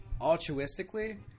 altruistically